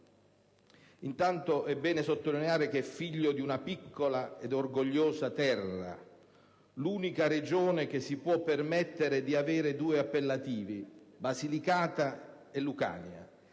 Intanto, è bene sottolineare che è figlio di una piccola ed orgogliosa terra, dell'unica Regione che si può permettere di avere due appellativi - Basilicata e Lucania